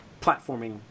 platforming